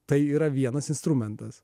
tai yra vienas instrumentas